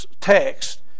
text